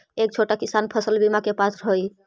का छोटा किसान फसल बीमा के पात्र हई?